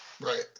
Right